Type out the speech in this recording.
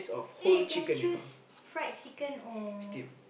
eh you can choose fried chicken or